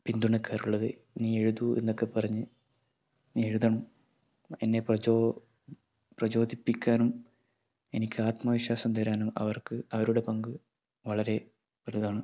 പിന്തുണക്കാറുള്ളത് നീ എഴുതൂ എന്നൊക്കെ പറഞ്ഞ് നീ എഴുതാൻ എന്നെ പ്രചോ പ്രചോദിപ്പിക്കാനും എനിക്ക് ആത്മവിശ്വാസം തരാനും അവർക്ക് അവരുടെ പങ്ക് വളരെ വലുതാണ്